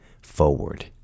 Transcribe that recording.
forward